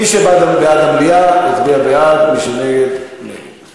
מי שבעד המליאה, יצביע בעד, מי שנגד, נגד.